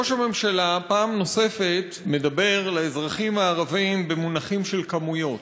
ראש הממשלה פעם נוספת מדבר לאזרחים הערבים במונחים של כמויות.